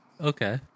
Okay